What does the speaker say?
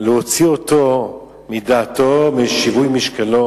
להוציא אותו מדעתו ומשיווי משקלו?